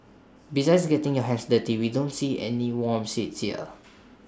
besides getting your hands dirty we don't see any warm seats there